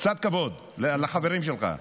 קצת כבוד לחברים שלך.